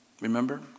remember